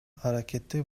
аракети